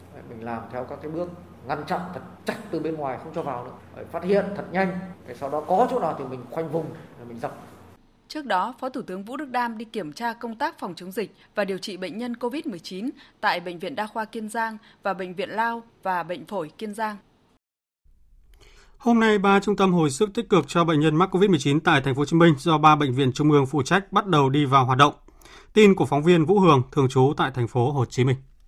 Mình làm theo các cái bước ngăn chặn thật chặt từ bên ngoài, không cho vào nữa. Phát hiện thật nhanh. Cái sau đó có chỗ nào thì mình khoanh vùng, mình dập. Trước đó, Phó Thủ tướng Vũ Đức Đam đi kiểm tra công tác phòng chống dịch và điều trị bệnh nhân COVID-19 tại Bệnh viện Đa khoa Kiên Giang và Bệnh viện Lao và Bệnh phổi Kiên Giang. Hôm nay, ba trung tâm hồi sức tích cực cho bệnh nhân mắc COVID-19 tại thành phố Hồ Chí Minh do ba bệnh viện trung ương phụ trách bắt đầu đi vào hoạt động. Tin của phóng viên Vũ Hường, thường trú tại thành phố Hồ Chí Minh.